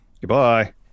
Goodbye